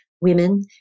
women